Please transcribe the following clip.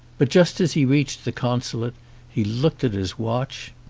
but just as he reached the consulate he looked at his watch,